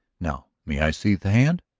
now may i see the hand?